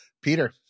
Peter